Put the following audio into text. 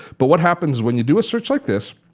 but what happens when you do a search like this,